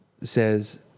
says